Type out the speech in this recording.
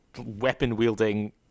weapon-wielding